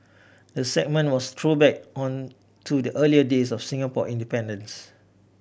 the segment was throwback on to the early days of Singapore independence